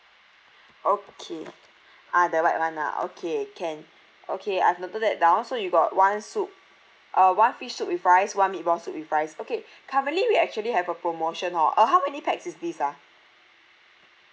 okay ah the white [one] ah okay can okay I've noted that down so you got one soup uh one fish soup with rice one meat ball soup with rice okay currently we actually have a promotion hor uh how many pax is this ah